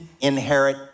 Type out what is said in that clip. inherit